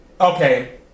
Okay